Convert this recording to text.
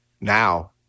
Now